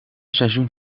seizoen